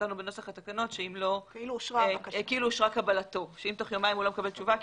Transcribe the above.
כתבנו בנוסח התקנות שאם תוך יומיים הוא לא מקבל תשובה,